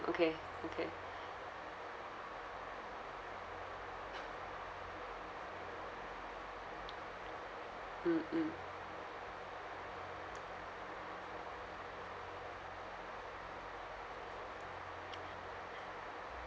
okay okay mm mm